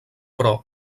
però